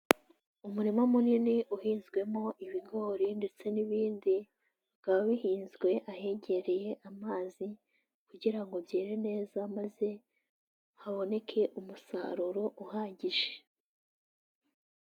Umurima munini uhinzwemo ibigori ndetse n'ibindi, bikaba bihinzwe ahegereye amazi kugira ngo byere neza maze haboneke umusaruro uhagije.